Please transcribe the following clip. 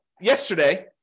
yesterday